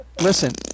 Listen